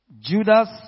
Judas